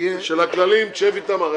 שיהיה --- של הכללים שב אתם.